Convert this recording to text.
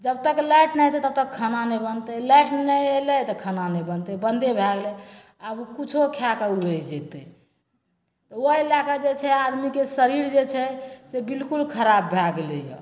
जबतक लाइट नहि अयतै तबतक खाना नहि बनतै लाइट नहि अयलै तऽ खाना नहि बनतै बन्दे भए गेलै आब ओ किछो खाए कऽ जैतै ओहि लए कऽ जे छै आदमीके शरीर जे छै से बिलकुल खराब भए गेलैया